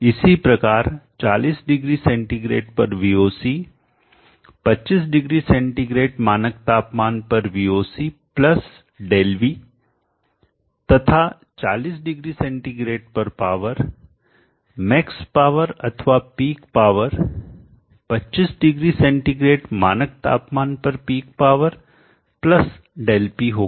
इसी प्रकार 40 degree centigrade पर VOC 25 डिग्री सेंटीग्रेड मानक तापमान पर VOC प्लस Δv तथा 40 डिग्री सेंटीग्रेड पर पावर मैक्स पावर अथवा पीक पावर 25 डिग्री सेंटीग्रेड मानक तापमान पर पीक पावर प्लस Δp होगा